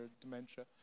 dementia